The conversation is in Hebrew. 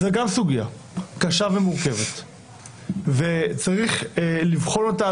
זו גם סוגיה קשה ומורכבת וצריך לבחון אותה,